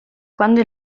quando